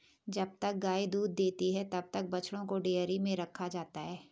जब तक गाय दूध देती है तब तक बछड़ों को डेयरी में रखा जाता है